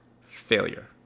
failure